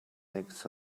makes